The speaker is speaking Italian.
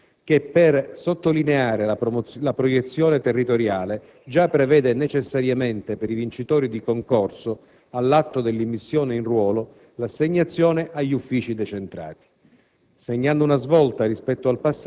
di riforma della carriera prefettizia che, per sottolineare la proiezione territoriale, già prevede necessariamente per i vincitori di concorso, all'atto dell'immissione in ruolo, l'assegnazione agli uffici decentrati.